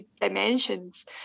dimensions